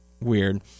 weird